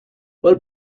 all